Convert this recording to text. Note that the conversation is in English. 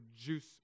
juice